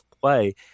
play